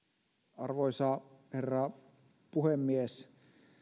arvoisa herra puhemies